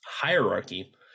hierarchy